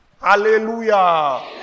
Hallelujah